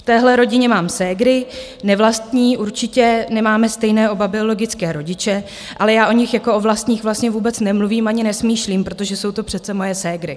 V téhle rodině mám ségry nevlastní, určitě, nemáme stejné oba biologické rodiče, ale já o nich jako o nevlastních vlastně vůbec nemluvím ani nesmýšlím, protože jsou to přece moje ségry.